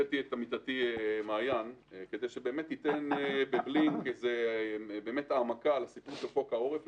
הבאתי את עמיתתי מעיין כדי שתיתן העמקה על הסיפור של חוק העורף.